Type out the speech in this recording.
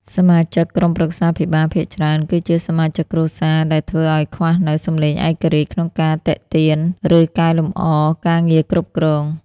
សមាជិកក្រុមប្រឹក្សាភិបាលភាគច្រើនគឺជាសមាជិកគ្រួសារ ដែលធ្វើឱ្យខ្វះនូវ "សំឡេងឯករាជ្យ" ក្នុងការទិតៀន ឬកែលម្អការងារគ្រប់គ្រង។